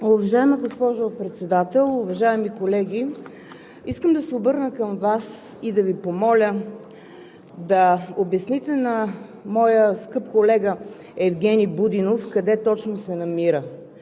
Уважаема госпожо Председател, уважаеми колеги! Искам да се обърна към Вас и да Ви помоля да обясните на моя скъп колега Евгени Будинов къде точно се намира,